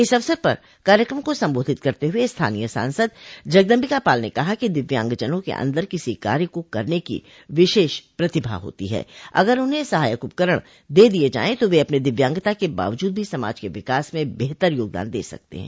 इस अवसर पर कार्यक्रम को संबोधित करते हुए स्थानीय सांसद जगदम्बिका पाल ने कहा कि दिव्यांगजनों के अन्दर किसी कार्य को करने की विशेष प्रतिभा होती है अगर उन्हें सहायक उपकरण दे दिये जाये तो वे अपनी दिव्यांगता के बावजूद भी समाज के विकास में बेहतर योगदान दे सकते हैं